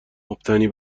مبتنی